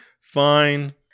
fine